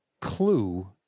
clue